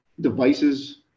devices